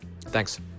thanks